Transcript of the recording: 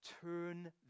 Turn